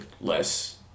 less